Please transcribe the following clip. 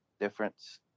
difference